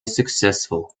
successful